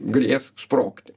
grės sprogti